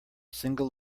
single